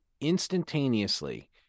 instantaneously